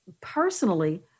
personally